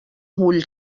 vull